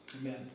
Amen